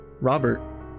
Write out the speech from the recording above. Robert